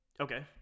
okay